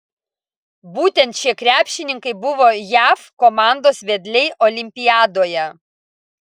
būtent šie krepšininkai buvo jav komandos vedliai olimpiadoje